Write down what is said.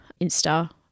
Insta